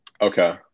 Okay